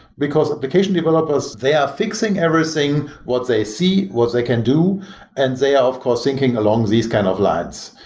because application developers, they are fixing everything, what they see, what they can do and they are of course thinking along these kinds of lines.